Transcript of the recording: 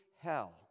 hell